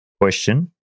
Question